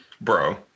Bro